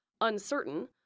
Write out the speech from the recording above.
uncertain